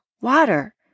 water